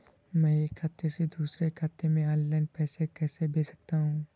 मैं एक खाते से दूसरे खाते में ऑनलाइन पैसे कैसे भेज सकता हूँ?